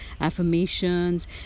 affirmations